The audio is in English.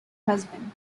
husband